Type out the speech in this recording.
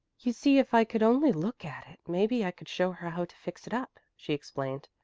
you see if i could only look at it, maybe i could show her how to fix it up, she explained,